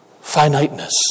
finiteness